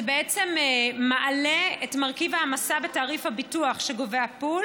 זה בעצם מעלה את מרכיב ההעמסה בתעריף הביטוח שגובה הפול